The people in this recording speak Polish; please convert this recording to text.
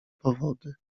powody